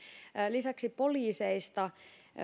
lisäksi poliiseista